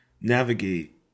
navigate